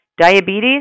diabetes